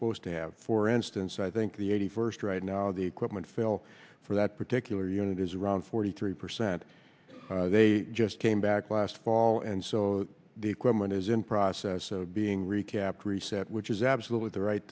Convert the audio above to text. supposed to have for instance i think the eighty first right now the equipment fail that particular unit is around forty three percent they just came back last fall and so the equipment is in process of being recapped reset which is absolutely the right